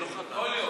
כל יום.